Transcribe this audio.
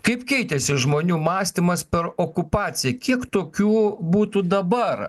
kaip keitėsi žmonių mąstymas per okupaciją kiek tokių būtų dabar